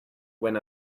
when